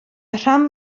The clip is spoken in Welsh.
rhan